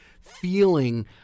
feeling